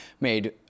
made